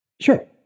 Sure